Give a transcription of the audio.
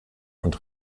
und